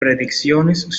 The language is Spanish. predicciones